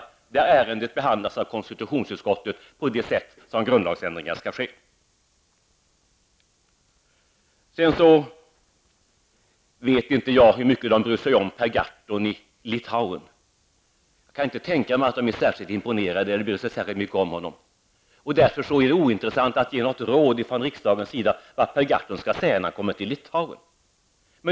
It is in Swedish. Ärendet kommer att behandlas i konstitutionsutskottet och på det sätt som grundlagsändringar fordrar. Jag vet inte hur mycket de bryr sig om Per Gahrton i Litauen. Jag kan inte tänka mig att de är särskilt imponerade eller bryr sig särskilt mycket om honom. Därför är det ointressant att ge ett råd från den svenska riksdagens sida vad han skall säga när han kommer dit.